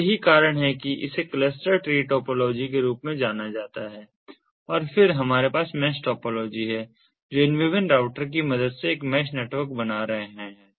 तो यही कारण है कि इसे क्लस्टर ट्री टोपोलॉजी के रूप में जाना जाता है और फिर हमारे पास मैश टोपोलॉजी है जो इन विभिन्न राउटर की मदद से एक मैश नेटवर्क बना रहा है